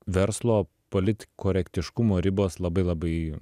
verslo politkorektiškumo ribos labai labai